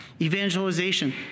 Evangelization